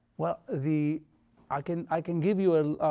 well, the i can i can give you ah